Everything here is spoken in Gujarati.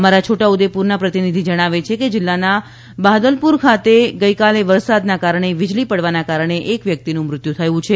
અમારા છોટા ઉદેપુરના પ્રતિનિધી જણાવે છે કે જિલ્લાના બહાદલપુર ખાતે ગઇકાલે વરસાદના કારણે વિજળી પડવાના કારણે એક વ્યક્તિનું મૃત્યુ થયું છે